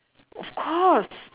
of course